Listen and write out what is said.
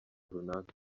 runaka